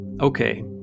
okay